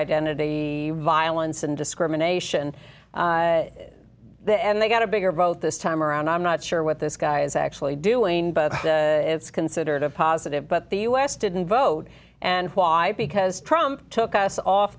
identity violence and discrimination and they got a bigger vote this time around i'm not sure what this guy is actually doing but it's considered a positive but the us didn't vote and why because trump took us off